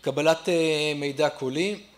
קבלת מידע קולי...